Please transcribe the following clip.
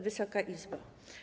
Wysoka Izbo!